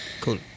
Cool